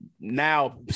now